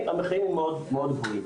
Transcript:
המחירים מאוד גבוהים.